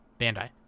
Bandai